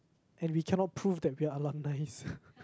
and we cannot prove that we're alumnis